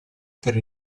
per